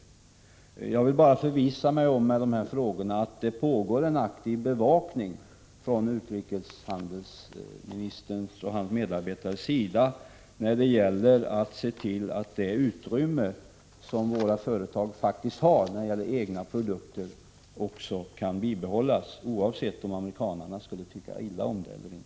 Med mina frågor ville jag bara förvissa mig om att det pågår en aktiv bevakning från utrikeshandelsministerns och hans medarbetares sida när det gäller att se till att det utrymme som våra företag faktiskt har för egna produkter kan bibehållas, oavsett om amerikanarna skulle tycka illa om det eller inte.